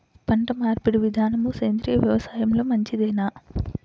పంటమార్పిడి విధానము సేంద్రియ వ్యవసాయంలో మంచిదేనా?